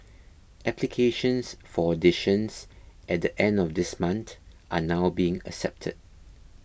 applications for auditions at the end of this month are now being accepted